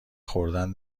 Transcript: خوردن